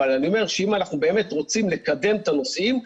אבל אני אומר שאם אנחנו באמת רוצים לקדם את הנושאים,